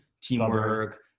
teamwork